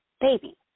baby